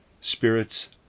Spirits